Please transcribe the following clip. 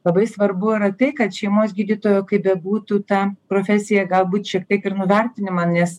labai svarbu yra tai kad šeimos gydytojo kaip bebūtų ta profesija galbūt šiek tiek ir nuvertinima nes